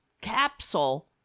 capsule